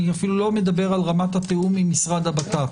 אני אפילו לא מדבר על רמת התיאום עם משרד הבט"פ,